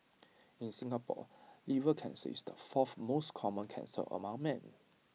in Singapore liver cancer is the fourth most common cancer among men